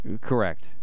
Correct